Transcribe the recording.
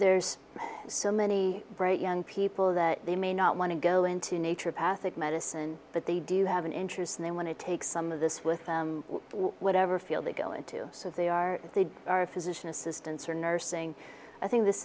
there's so many bright young people that they may not want to go into nature path of medicine but they do have an interest and they want to take some of this with them whatever field they go into so they are they are a physician assistants are nursing i think this